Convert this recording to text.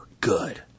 good